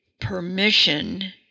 permission